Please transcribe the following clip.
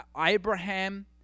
Abraham